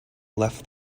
left